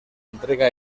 entrega